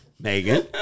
Megan